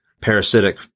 parasitic